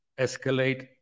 Escalate